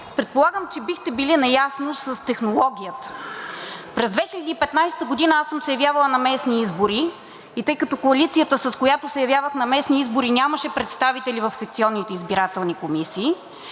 предполагам, че бихте били наясно с технологията. През 2015 г. аз съм се явявала на местни избори и тъй като коалицията, с която се явявах на местни избори, нямаше представители в секционните избирателни комисии